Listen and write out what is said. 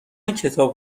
کتاب